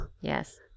Yes